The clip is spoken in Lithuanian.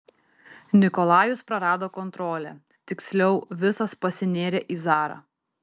nikolajus prarado kontrolę tiksliau visas pasinėrė į zarą